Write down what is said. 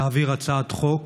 להעביר הצעת חוק